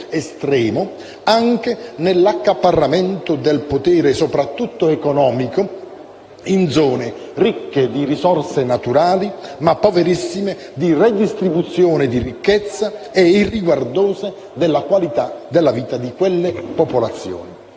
estremo, anche nell'accaparramento del potere soprattutto economico in zone ricche di risorse naturali, ma poverissime di redistribuzione di ricchezza e irriguardose della qualità della vita di quelle popolazioni.